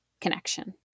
connection